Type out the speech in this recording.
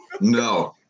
no